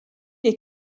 est